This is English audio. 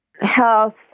health